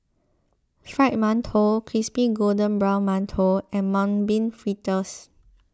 Fried Mantou Crispy Golden Brown Mantou and Mung Bean Fritters